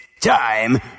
time